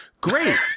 Great